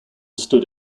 stood